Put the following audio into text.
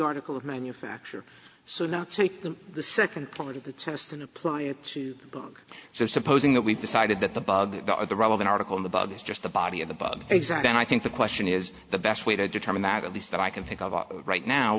article of manufacture so not take the second part of the test and apply it to look so supposing that we've decided that the bug or the relevant article in the bug is just the body of the bug exam and i think the question is the best way to determine that at least that i can think of right now